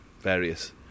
various